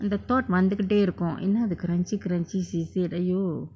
இந்த:indtha thought வந்துகிட்டே இருக்கு என்னது:vanthukitte irukku ennathu crunchy crunchy she said !aiyo!